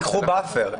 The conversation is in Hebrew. תיקחו Buffer.